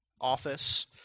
office